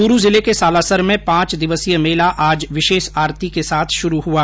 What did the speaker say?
चूरू जिले के सालासर में पांच दिवसीय मेला आज विशेष आरती के साथ शुरू हुआ